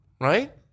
right